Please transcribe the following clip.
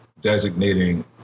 designating